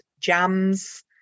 jams